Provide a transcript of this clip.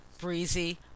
breezy